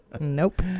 Nope